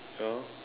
so